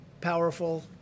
powerful